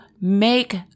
make